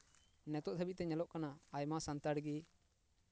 ᱱᱤᱛᱚᱜ ᱫᱷᱟᱹᱵᱤᱡ ᱛᱮ ᱧᱮᱞᱚᱜ ᱠᱟᱱᱟ ᱟᱭᱢᱟ ᱥᱟᱱᱛᱟᱲ ᱜᱮ